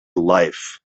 life